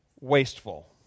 wasteful